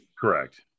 correct